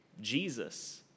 Jesus